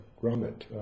Grummet